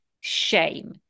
shame